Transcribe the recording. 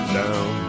down